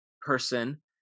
person